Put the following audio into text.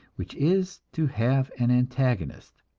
which is to have an antagonist.